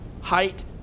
height